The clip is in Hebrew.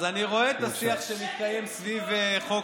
אז אני רואה את השיח שמתקיים סביב חוק